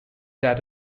that